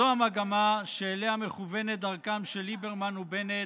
זו המגמה שאליה מכוונת דרכם של ליברמן ובנט,